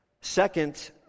Second